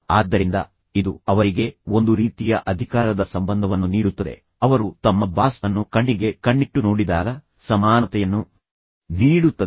ಆದ್ದರಿಂದ ಇದು ಅವರಿಗೆ ಒಂದು ರೀತಿಯ ಅಧಿಕಾರದ ಸಂಬಂಧವನ್ನು ನೀಡುತ್ತದೆ ಅವರು ತಮ್ಮ ಬಾಸ್ ಅನ್ನು ಕಣ್ಣಿಗೆ ಕಣ್ಣಿಟ್ಟು ನೋಡಿದಾಗ ಸಮಾನತೆಯನ್ನು ನೀಡುತ್ತದೆ